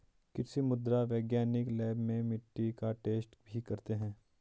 कृषि मृदा वैज्ञानिक लैब में मिट्टी का टैस्ट भी करते हैं